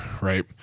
Right